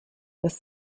das